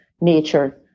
nature